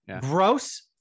Gross